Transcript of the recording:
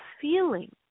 feeling